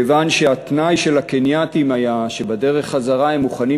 מכיוון שהתנאי של הקנייתים היה שבדרך חזרה הם מוכנים